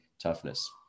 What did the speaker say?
toughness